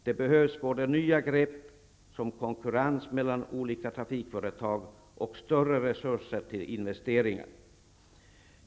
Det behövs både nya grepp, som konkurrens mellan olika trafikföretag, och större resurser till investeringar.